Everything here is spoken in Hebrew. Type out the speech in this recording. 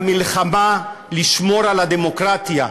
המלחמה לשמור על הדמוקרטיה,